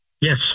Yes